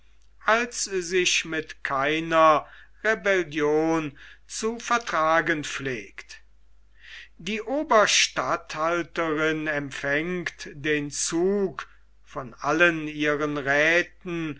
als sich mit keiner rebellion zu vertragen pflegt die oberstatthalterin empfängt den zug von allen ihren räthen